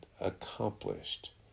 accomplished